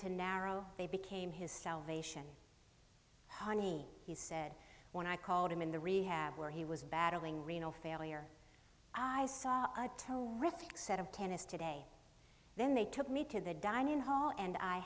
to narrow they became his salvation honey he said when i called him in the rehab where he was battling renal failure i saw a toe ripped set of tennis today then they took me to the dining hall and i